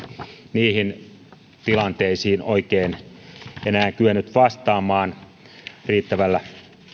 niihin tilanteisiin oikein enää kyennyt vastaamaan riittävällä